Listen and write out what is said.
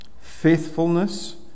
faithfulness